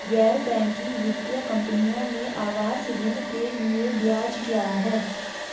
गैर बैंकिंग वित्तीय कंपनियों में आवास ऋण के लिए ब्याज क्या है?